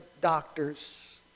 doctors